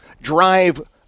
drive